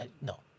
No